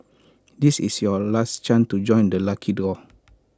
this is your last chance to join the lucky draw